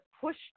pushed